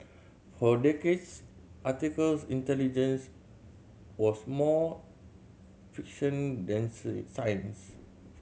for decades articles intelligence was more fiction than science